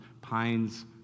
pines